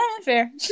Fair